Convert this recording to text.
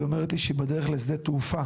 היא אומרת לי שהיא בדרך לשדה התעופה